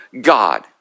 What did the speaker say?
God